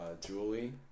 Julie